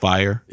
Fire